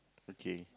okay